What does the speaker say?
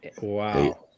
wow